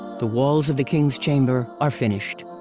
the walls of the king's chamber are finished.